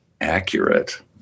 accurate